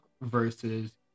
versus